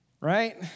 Right